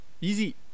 Easy